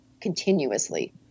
continuously